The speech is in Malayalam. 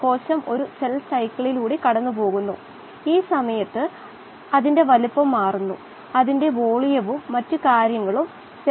ബയോ റിയാക്ടറുകളുടെ പ്രകടനത്തെ സ്വാധീനിക്കുന്ന നിരവധി കൾടിവേഷൻ വേരിയബിളുകൾ ഉണ്ട് എന്നതാണ് കഴിഞ്ഞ പ്രസംഗത്തിൽ നാം കണ്ടത്